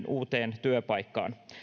uutta työpaikkaa